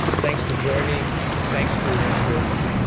thanks for joining. thanks for your interest.